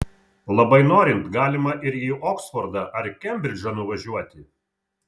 labai norint galima ir į oksfordą ar kembridžą nuvažiuoti